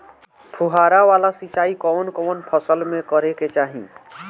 फुहारा वाला सिंचाई कवन कवन फसल में करके चाही?